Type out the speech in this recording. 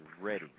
ready